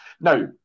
Now